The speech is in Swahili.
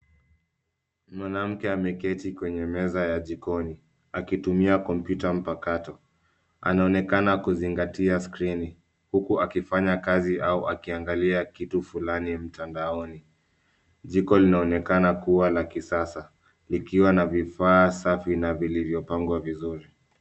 Mwanamke ameketi kwenye meza ya jikoni, akitumia kompyuta mpakato. Anonekana kuzingatia skrini, huku akifanya kazi au akiangalia kitu fulani mtandaoni. Jikon linaoenkana kuwa la kisasa, likiwa na vifaa safi na vilivyo pangwa vizuri.